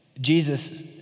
Jesus